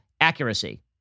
accuracy